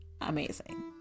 amazing